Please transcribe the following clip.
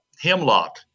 Hemlock